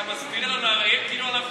אתה מסביר לנו על העיר כאילו אנחנו